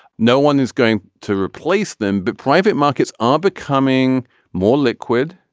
no one is going to replace them but private markets are becoming more liquid.